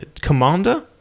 commander